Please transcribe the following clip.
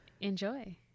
enjoy